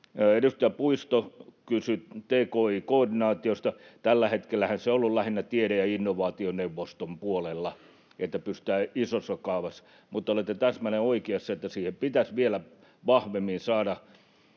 Edustaja Puisto kysyi tki-koordinaatiosta. Tällä hetkellähän se on ollut lähinnä tiede- ja innovaationeuvoston puolella, että pysytään isossa kaavassa. Mutta te olette täsmälleen oikeassa, että siihen pitäisi vielä vahvemmin saada